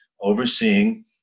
overseeing